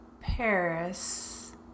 Paris